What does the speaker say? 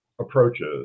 approaches